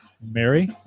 Mary